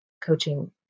coaching